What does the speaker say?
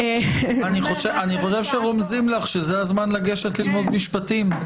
אני חושב שרומזים לך שזה הזמן לגשת ללמוד משפטים,